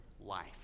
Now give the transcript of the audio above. life